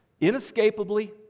inescapably